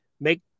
make